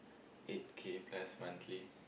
eight K plus monthly